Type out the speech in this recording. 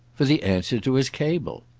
for the answer to his cable.